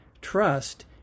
Trust